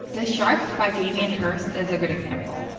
this shark by damien hirst is a good example.